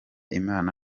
imana